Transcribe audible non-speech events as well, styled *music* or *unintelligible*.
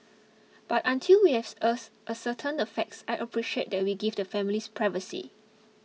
but until we as *unintelligible* ascertained the facts I appreciate that we give the families privacy